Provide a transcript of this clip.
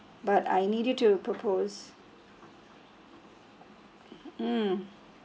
but I need you to propose mm